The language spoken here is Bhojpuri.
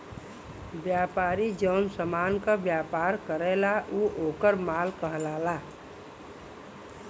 व्यापारी जौन समान क व्यापार करला उ वोकर माल कहलाला